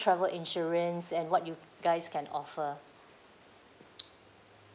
travel insurance and what you guys can offer